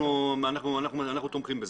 אנחנו תומכים בזה.